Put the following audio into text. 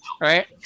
Right